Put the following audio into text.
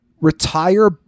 retire